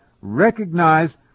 recognize